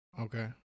Okay